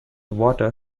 water